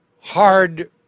hard